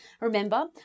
Remember